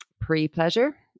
Pre-Pleasure